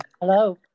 Hello